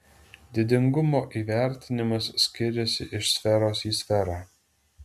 didingumo įvertinimas skiriasi iš sferos į sferą